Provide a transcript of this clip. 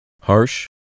Harsh